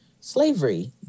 slavery